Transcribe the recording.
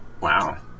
Wow